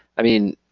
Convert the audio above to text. i mean,